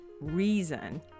reason